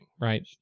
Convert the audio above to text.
right